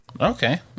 okay